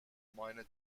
minor